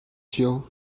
cio